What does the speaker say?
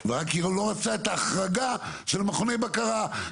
היא רק לא רצתה את ההחרגה של מכוני הבקרה,